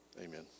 Amen